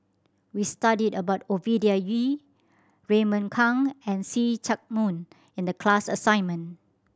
we studied about Ovidia Yu Raymond Kang and See Chak Mun in the class assignment